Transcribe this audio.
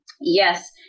yes